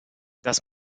das